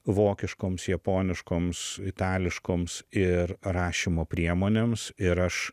vokiškoms japoniškoms itališkoms ir rašymo priemonėms ir aš